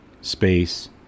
space